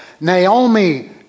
Naomi